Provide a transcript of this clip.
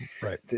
right